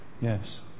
Yes